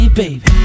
baby